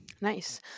Nice